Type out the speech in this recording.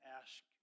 ask